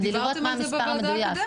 כדי לראות מה המספר המדויק.